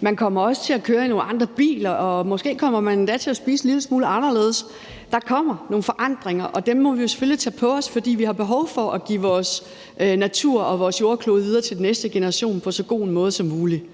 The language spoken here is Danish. Man kommer også til at køre i nogle andre biler, og måske kommer man endda til at spise en lille smule anderledes. Der kommer nogle forandringer, og dem må vi selvfølgelig tage på os, fordi vi har behov for at give vores natur og vores jordklode videre til den næste generation på så god en måde som muligt.